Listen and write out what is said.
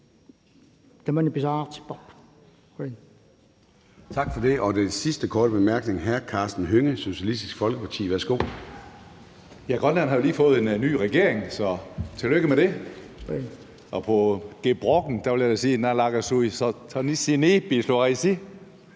Det er bare en